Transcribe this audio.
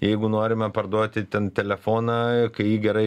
jeigu norime parduoti ten telefoną kai jį gerai